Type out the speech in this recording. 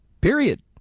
period